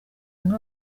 hamwe